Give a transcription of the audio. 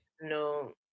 no